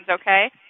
Okay